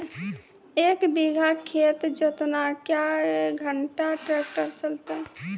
एक बीघा खेत जोतना क्या घंटा ट्रैक्टर चलते?